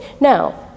Now